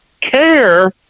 care